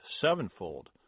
sevenfold